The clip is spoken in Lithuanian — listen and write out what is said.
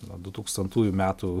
nuo du tūkstantųjų metų